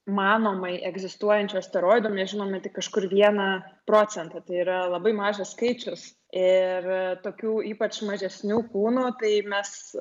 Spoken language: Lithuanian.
manomai egzistuojančių asteroidų mes žinome tik kažkur vieną procentą tai yra labai mažas skaičius ir tokių ypač mažesnių kūnų tai mes